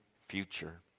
future